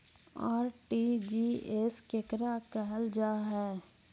RTGS केकरा कहल जा है?